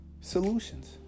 solutions